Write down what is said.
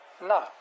No